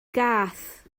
gath